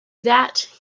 that